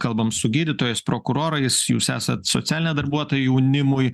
kalbam su gydytojais prokurorais jūs esat socialinė darbuotoja jaunimui